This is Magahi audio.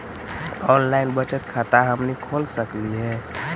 ऑनलाइन बचत खाता हमनी खोल सकली हे?